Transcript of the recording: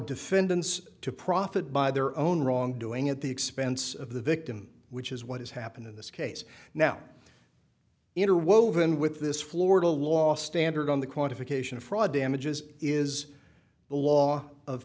defendants to profit by their own wrongdoing at the expense of the victim which is what has happened in this case now interwoven with this florida law standard on the quantification of fraud damages is the law of